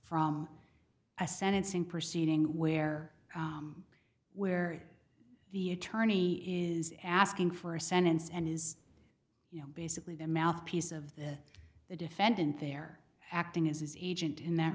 from a sentencing proceeding where where the attorney is asking for a sentence and is basically the mouthpiece of the the defendant they're acting as his agent in that